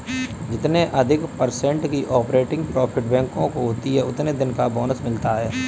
जितने अधिक पर्सेन्ट की ऑपरेटिंग प्रॉफिट बैंकों को होती हैं उतने दिन का बोनस मिलता हैं